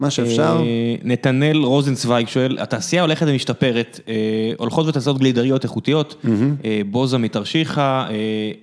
מה שאפשר. נתנאל רוזנצוויג שואל, התעשייה הולכת ומשתפרת, הולכות וצצות גלידריות איכותיות, בוזה מתרשיחא,